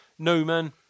Newman